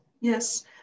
yes